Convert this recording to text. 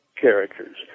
characters